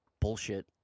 bullshit